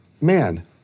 man